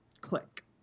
Click